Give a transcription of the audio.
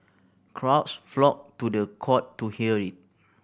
crowds flocked to the court to hear it